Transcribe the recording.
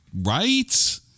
Right